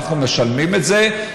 אנחנו משלמים את זה,